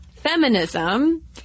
feminism